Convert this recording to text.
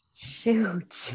shoot